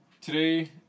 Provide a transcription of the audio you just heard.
today